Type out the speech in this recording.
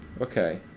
Okay